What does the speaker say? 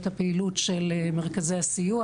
את הפעילות של מרכזי הסיוע.